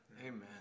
Amen